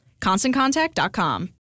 ConstantContact.com